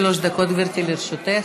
עד שלוש דקות, גברתי, לרשותך.